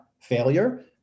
failure